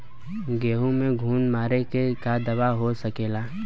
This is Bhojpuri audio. गेहूँ में घुन मारे के का दवा हो सकेला?